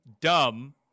dumb